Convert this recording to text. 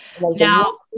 Now